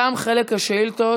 תם חלק השאילתות.